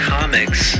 Comics